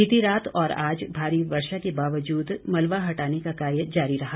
बीती रात और आज भारी वर्षा के बावजूद मलबा हटाने का कार्य जारी रहा